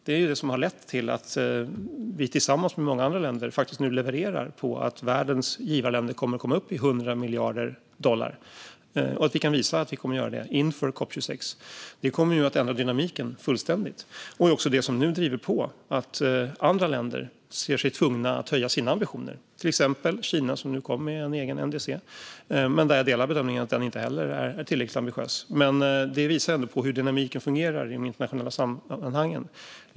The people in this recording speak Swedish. Det är det som har lett till att vi, tillsammans med många andra länder, faktiskt nu levererar på att världens givarländer kommer att komma upp i 100 miljarder dollar och kan visa att vi kommer att göra det inför COP 26. Det kommer att ändra dynamiken fullständigt. Det är också det som nu driver på så att andra länder ser sig tvungna att höja sina ambitioner. Till exempel kom ju Kina nu med ett eget NDC. Jag delar bedömningen att den inte heller är tillräckligt ambitiös, men det visar ändå hur dynamiken fungerar i de internationella sammanhangen.